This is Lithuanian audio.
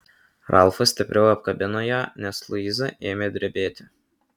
ralfas stipriau apkabino ją nes luiza ėmė drebėti